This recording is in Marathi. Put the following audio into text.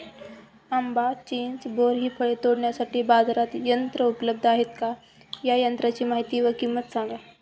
आंबा, चिंच, बोर हि फळे तोडण्यासाठी बाजारात यंत्र उपलब्ध आहेत का? या यंत्रांची माहिती व किंमत सांगा?